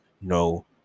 no